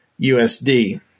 USD